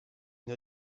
une